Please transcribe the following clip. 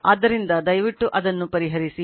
ಆದ್ದರಿಂದ ದಯವಿಟ್ಟು ಅದನ್ನು ಪರಿಹರಿಸಿ